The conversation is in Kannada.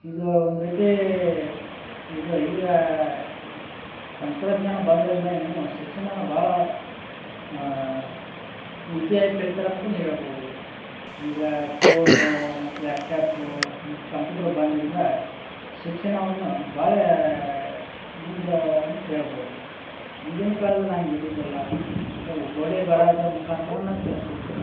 ಇದು ಒಂದ್ರೀತಿ ಇದು ಈಗ ತಂತ್ರಜ್ಞಾನ ಬಂದರಿಂದ ಇನ್ನುನು ಶಿಕ್ಷಣನ ಭಾಳ ಈಝಿಯಾಗಿ ಕಲಿತರಂತನು ಹೇಳ್ಬೋದು ಈಗ ಪೋನು ಮತ್ತು ಲ್ಯಾಪ್ಟ್ಯಾಪು ಮತ್ತು ಕಂಪ್ಯೂಟರ್ ಬಂದರಿಂದ ಶಿಕ್ಷಣವನ್ನು ಭಾಳ ಮುಂದೆ ಅಂತ ಹೇಳ್ಬೋದು ಹಿಂದಿನ ಕಾಲದಲ್ಲಿ ಹಂಗೆ ಇದ್ದಿದಿಲ್ಲ ಅದು ಗೋಡೆ ಬರಹದ ಮುಖಾಂತ್ರನ ಕಲಿಸ್ತಿದ್ದರು